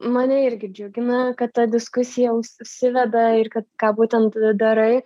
mane irgi džiugina kad ta diskusija už užsiveda ir kad ką būtent darai